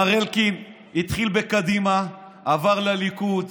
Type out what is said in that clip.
מר אלקין התחיל בקדימה, עבר לליכוד,